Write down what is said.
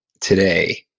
today